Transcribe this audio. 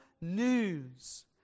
news